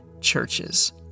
churches—